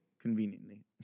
Conveniently